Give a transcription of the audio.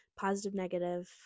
positive-negative